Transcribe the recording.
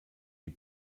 die